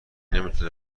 نمیتونه